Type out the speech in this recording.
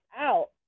out